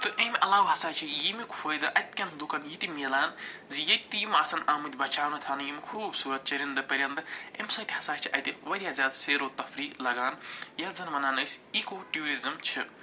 تہٕ اَمہِ علاو ہَسا چھِ یہِ ییٚمیُک فٲیدٕ اتہِ کٮ۪ن لُکن یہِ تہِ مِلان زِ ییٚتہِ تہِ یِم آسن آمٕتۍ بچاونہٕ تھاونہٕ یِم خوٗبصوٗرت چٔرِنٛدٕ پٔرِنٛدٕ اَمہِ سۭتۍ ہسا چھِ اَتہِ وارِیاہ زیادٕ سیرو تفریح لگان یَتھ زن وَنان ٲسۍ اِکو ٹیوٗرِزٕم چھِ